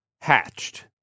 Hatched